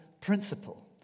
principle